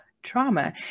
trauma